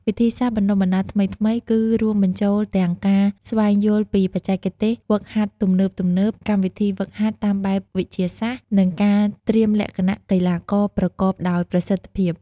វិធីសាស្ត្របណ្តុះបណ្តាលថ្មីៗគឺរួមបញ្ចូលទាំងការស្វែងយល់ពី បច្ចេកទេសហ្វឹកហាត់ទំនើបៗ កម្មវិធីហ្វឹកហាត់តាមបែបវិទ្យាសាស្ត្រ និងការត្រៀមលក្ខណៈកីឡាករប្រកបដោយប្រសិទ្ធភាព។